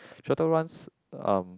shuttle runs um